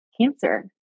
Cancer